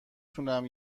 تونم